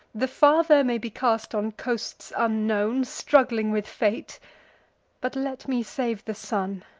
the father may be cast on coasts unknown, struggling with fate but let me save the son.